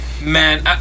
Man